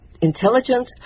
intelligence